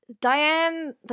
Diane